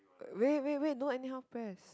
wait wait wait don't anyhow press